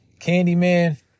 Candyman